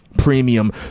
premium